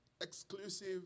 exclusive